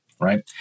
Right